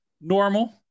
normal